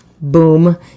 Boom